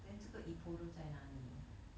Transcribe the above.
then 这个 Ippudo 在哪里